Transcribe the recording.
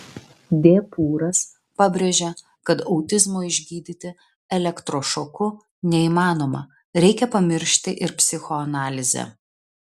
d pūras pabrėžė kad autizmo išgydyti elektrošoku neįmanoma reikia pamiršti ir psichoanalizę